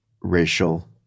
racial